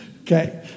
Okay